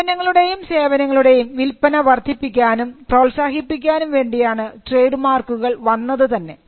ഉൽപന്നങ്ങളുടെയും സേവനങ്ങളുടെയും വിൽപ്പന വർദ്ധിപ്പിക്കാനും പ്രോത്സാഹിപ്പിക്കാനും വേണ്ടിയാണ് ട്രേഡ് മാർക്കുകൾ വന്നത് തന്നെ